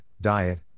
diet